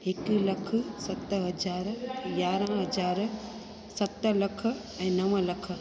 हिकु लख सत हज़ार यारहां हज़ार सत लख ऐं नव लख